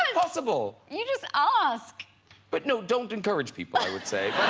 possible you just ah ask but. no don't encourage people i would say